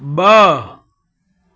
ब॒